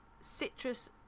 citrus